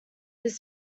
his